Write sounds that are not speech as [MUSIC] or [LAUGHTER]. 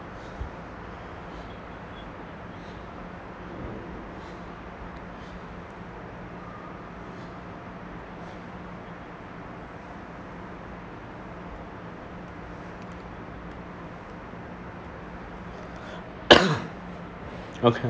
[COUGHS]